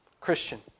Christian